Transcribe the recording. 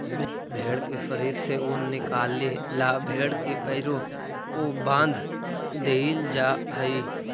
भेंड़ के शरीर से ऊन निकाले ला भेड़ के पैरों को बाँध देईल जा हई